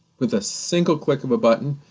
with a single click of a button,